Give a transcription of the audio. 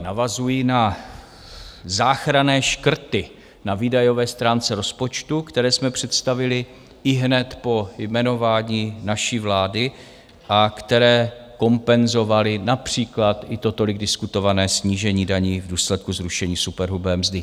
Navazují na záchranné škrty na výdajové stránce rozpočtu, které jsme představili ihned po jmenování naší vlády a které kompenzovaly například i to tolik diskutované snížení daní v důsledku zrušení superhrubé mzdy.